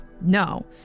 no